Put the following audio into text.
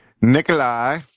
Nikolai